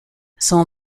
son